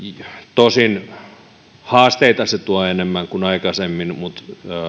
tosin haasteita se tuo enemmän kuin aikaisemmin mutta